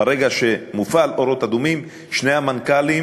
ברגע שמופעל "אורות אדומים", שני המנכ"לים